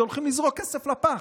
הולכים לזרוק כסף לפח.